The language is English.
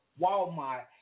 Walmart